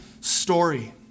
story